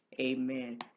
amen